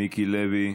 מיקי לוי,